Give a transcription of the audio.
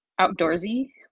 outdoorsy